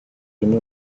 ini